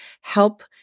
help